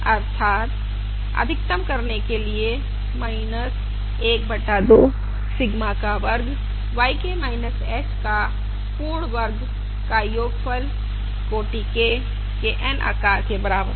अर्थात अधिकतम करने के लिए 1 बटा 2 सिग्मा का वर्ग समेशन K बराबर 1 से N yK h का पूर्ण वर्ग है